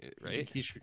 Right